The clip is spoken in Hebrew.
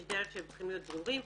יש דרך שהם צריכים להיות ברורים.